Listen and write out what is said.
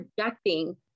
projecting